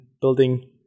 building